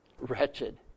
wretched